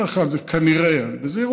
בדרך כלל זה כנראה בדואי,